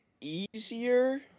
easier